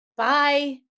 bye